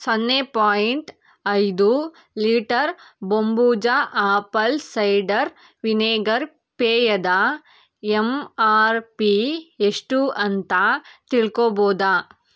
ಸೊನ್ನೆ ಪಾಯಿಂಟ್ ಐದು ಲೀಟರ್ ಬೊಂಬೂಜ ಆಪಲ್ ಸೈಡರ್ ವಿನೆಗರ್ ಪೇಯದ ಎಂ ಆರ್ ಪಿ ಎಷ್ಟು ಅಂತ ತಿಳ್ಕೊಳ್ಬೋದಾ